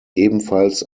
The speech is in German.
ebenfalls